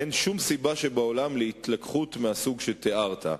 אין שום סיבה שבעולם להתלקחות מהסוג שתיארת.